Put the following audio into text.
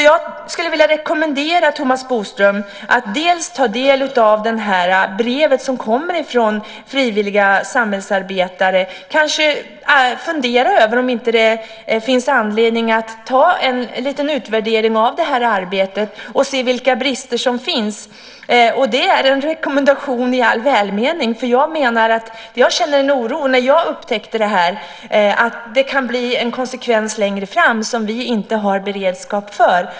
Jag skulle vilja rekommendera Thomas Bodström att ta del av det brev som kommer från frivilliga samhällsarbetare och kanske fundera över om det inte finns anledning att göra en liten utvärdering av detta arbete och se vilka brister som finns. Det är en rekommendation i all välmening. När jag upptäckte detta kände jag nämligen en oro för att det kan bli konsekvenser längre fram som vi inte har beredskap för.